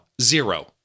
zero